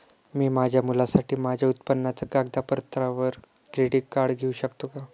मी माझ्या मुलासाठी माझ्या उत्पन्नाच्या कागदपत्रांवर क्रेडिट कार्ड घेऊ शकतो का?